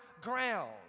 ground